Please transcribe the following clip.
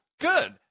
good